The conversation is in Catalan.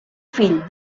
fill